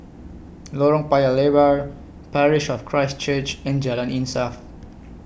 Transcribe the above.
Lorong Paya Lebar Parish of Christ Church and Jalan Insaf